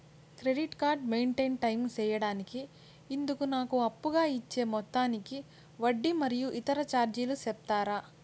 Credit card maintain time సేయడానికి ఇందుకు నాకు అప్పుగా ఇచ్చే మొత్తానికి వడ్డీ మరియు ఇతర చార్జీలు సెప్తారా?